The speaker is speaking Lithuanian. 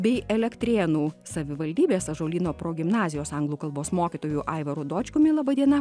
bei elektrėnų savivaldybės ąžuolyno progimnazijos anglų kalbos mokytoju aivaru dočkumi laba diena